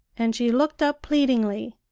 and she looked up pleadingly.